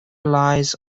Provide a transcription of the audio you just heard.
lies